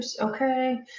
Okay